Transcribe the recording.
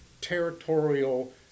territorial